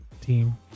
team